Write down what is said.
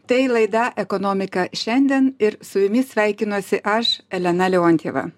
tai laida ekonomika šiandien ir su jumis sveikinuosi aš elena leontjeva